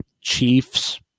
Chiefs